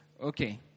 Okay